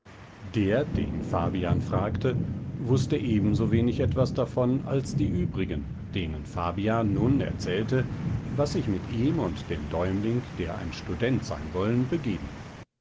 der den fabian fragte wußte ebensowenig etwas davon als die übrigen denen fabian nun erzählte was sich mit ihm und dem däumling der ein student sein wollen begeben